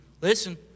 Listen